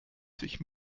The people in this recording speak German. sich